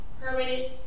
permanent